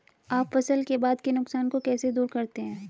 आप फसल के बाद के नुकसान को कैसे दूर करते हैं?